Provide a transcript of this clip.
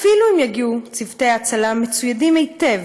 "אפילו אם יגיעו צוותי ההצלה מצוידים היטב,